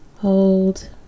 hold